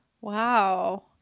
Wow